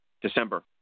December